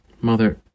Mother